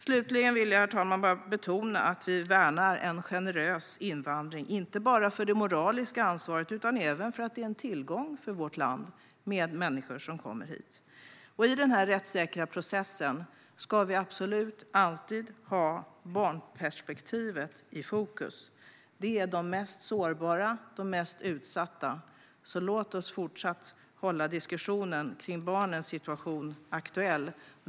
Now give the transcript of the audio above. Slutligen vill jag, herr talman, betona att vi värnar en generös invandring, inte bara för det moraliska ansvaret utan även för att det är en tillgång för vårt land att människor kommer hit. I den här rättssäkra processen ska vi absolut alltid ha barnperspektivet i fokus. Barnen är de mest sårbara och de mest utsatta. Låt oss fortsätta att hålla diskussionen om barnens situation aktuell.